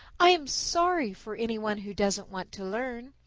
i am sorry for any one who doesn't want to learn.